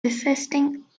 dissenting